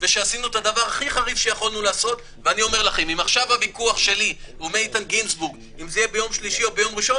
והולכים להאריך את התקנות בעוד יומיים-שלושה.